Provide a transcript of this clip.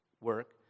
work